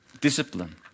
discipline